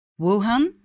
Wuhan